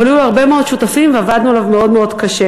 אבל היו לו הרבה מאוד שותפים ועבדנו עליו מאוד מאוד קשה.